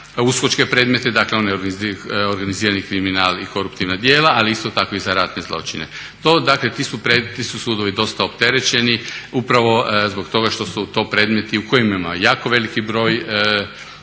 USKOK-čke predmete, dakle one organizirani kriminal i koruptivna djela ali isto tako i za ratne zločine. To, dakle ti su sudovi dosta opterećeni upravo zbog toga što su to predmeti u kojima ima jako veliki broj okrivljenih